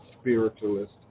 spiritualist